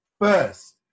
first